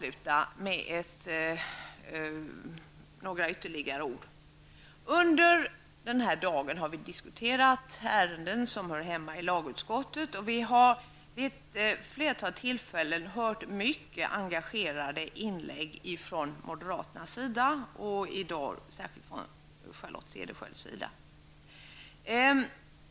Under den här dagen har vi diskuterat ärenden som hör hemma i lagutskottet och vi har vid ett flertal tillfällen hört mycket engagerade inlägg från moderaternas sida, i dag särskilt av Charlotte Cederschiöld.